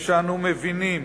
ושאנו מבינים